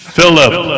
Philip